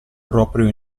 proprio